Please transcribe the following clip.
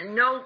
no